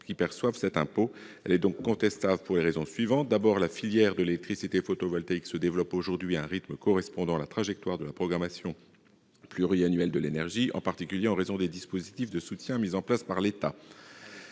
qui perçoivent cet impôt. Cette disposition est contestable pour deux raisons. D'abord, la filière de l'électricité photovoltaïque se développe aujourd'hui à un rythme correspondant à la trajectoire de la programmation pluriannuelle de l'énergie, en particulier en raison des dispositifs de soutien mis en place par l'État.